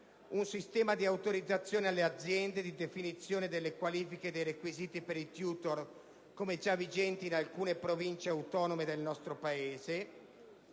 un sistema di autorizzazioni alle aziende, di definizione delle qualifiche e dei requisiti per i *tutor* come già vigenti in alcune Province autonome del nostro Paese;